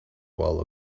while